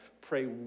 Pray